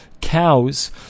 cows